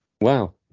wow